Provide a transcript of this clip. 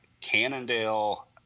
Cannondale